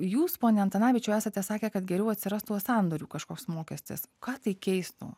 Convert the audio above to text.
jūs pone antanavičiau esate sakę kad geriau atsirastų sandorių kažkoks mokestis ką tai keistų